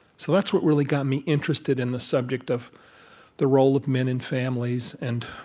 so that's what really got me interested in the subject of the role of men in families and